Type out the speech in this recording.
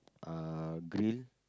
uh grill